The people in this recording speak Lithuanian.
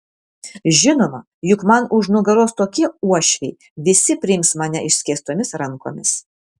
žinoma juk man už nugaros tokie uošviai visi priims mane išskėstomis rankomis